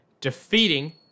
defeating